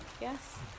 yes